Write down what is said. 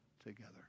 together